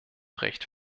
recht